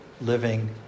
living